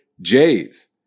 Jays